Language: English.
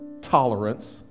tolerance